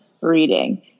reading